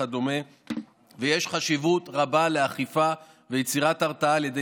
ויש חשיבות רבה לאכיפה ויצירת הרתעה על ידי